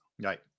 Right